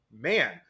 Man